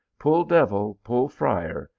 pull devil, pull friar,